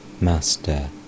Master